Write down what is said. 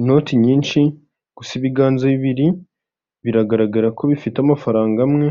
Inoti nyinshi gusa ibiganza bibiri biragaragara ko bifite amafaranga amwe.